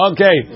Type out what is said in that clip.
Okay